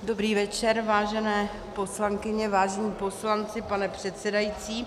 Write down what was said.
Dobrý večer, vážené poslankyně, vážení poslanci, pane předsedající.